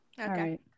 Okay